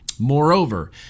Moreover